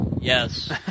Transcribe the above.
Yes